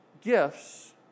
gifts